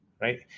right